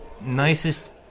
nicest